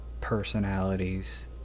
personalities